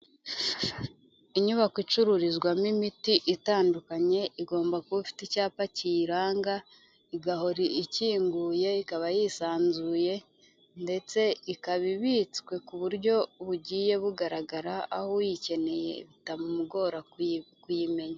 Inyubako icururizwamo imiti itandukanye igomba kuba ifite icyapa kiyiranga, igahora ikinguye ikaba yisanzuye, ndetse ikaba ibitswe ku buryo bugiye bugaragara aho uyikeneye bitamugora kuyimenya.